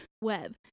web